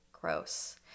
gross